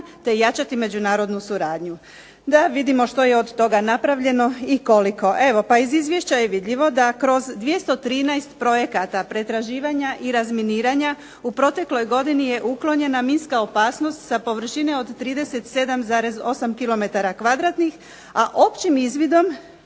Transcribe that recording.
te jačati međunarodnu suradnju. Da vidimo što je od toga napravljeno i koliko. Evo pa iz izvješća je vidljivo da kroz 213 projekata pretraživanja i razminiranja u protekloj godini je uklonjena minska opasnost sa površine od 37,8 kilometara